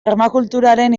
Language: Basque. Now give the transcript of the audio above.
permakulturaren